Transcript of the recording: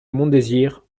montdésir